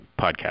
podcast